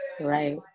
right